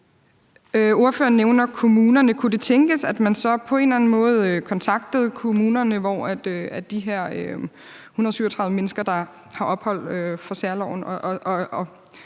Ordføreren nævner kommunerne. Kunne det tænkes, at man så på en eller anden måde kontaktede de kommuner, hvor de her 137 mennesker, der har ophold efter særloven,